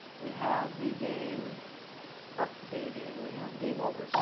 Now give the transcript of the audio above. we have the game updating. we have game over.